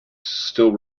still